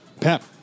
Pep